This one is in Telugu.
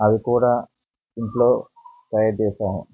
అవి కూడా ఇంట్లో ట్రై చేసాము